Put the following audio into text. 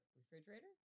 refrigerator